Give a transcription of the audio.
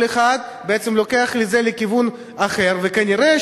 כל אחד בעצם לוקח את זה לכיוון אחר, ונראה